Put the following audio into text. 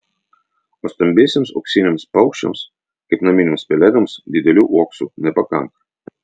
o stambiesiems uoksiniams paukščiams kaip naminėms pelėdoms didelių uoksų nepakanka